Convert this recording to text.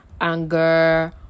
anger